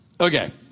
Okay